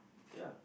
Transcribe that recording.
ya